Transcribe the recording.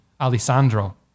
Alessandro